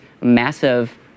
massive